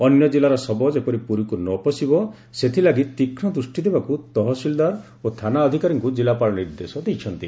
ଅନ୍ୟ ଜିଲ୍ଲାର ଶବ ଯେପରି ପୁରୀକୁ ନ ପସିବ ସେଥିଲାଗି ତୀକ୍ଷ ଦୂଷ୍ଟି ଦେବାକୁ ତହସିଲଦାର ଓ ଥାନା ଅଧିକାରୀଙ୍ଙୁ ଜିଲ୍ଲାପାଳ ନିର୍ଦ୍ଦେଶ ଦେଇଛନ୍ତି